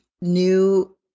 new